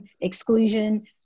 exclusion